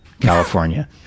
california